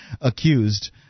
accused